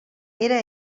era